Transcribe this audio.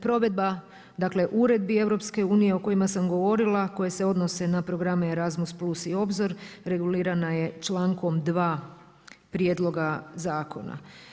Provedba dakle uredbi EU-a o kojima sam govorila koje se odnose na programe na Erasmus plus i Obzor regulirana je člankom 2. prijedloga zakona.